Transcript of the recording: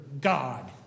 God